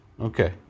okay